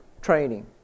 training